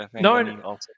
No